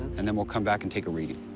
and then we'll come back and take a reading.